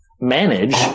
manage